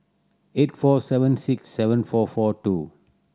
eight four seven six seven four four two